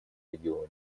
регионе